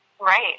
Right